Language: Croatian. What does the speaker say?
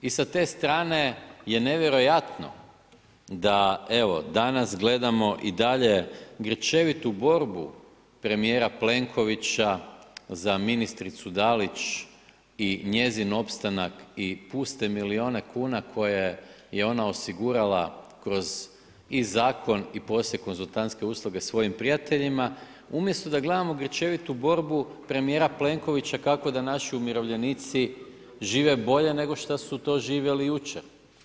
I sa te strane je nevjerojatno da evo danas gledamo i dalje grčevitu borbu premijera Plenkovića za ministricu DAlić i njezin opstanak i puste milijuna kuna koje je ona osigurala kroz i zakon i poslije konzultantske usluge svojim prijateljima, umjesto da gledamo grčevitu borbu premijera Plenkovića kako da naši umirovljenici žive bolje nešto su to živjeli jučer.